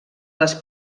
les